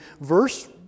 verse